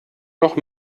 noch